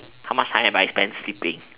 how much time have I spent sleeping